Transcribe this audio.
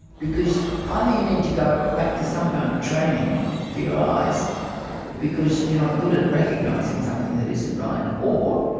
because either you need to go back to some kind of training for your eyes because you're not good at recognising something that isn't right, or